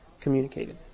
communicated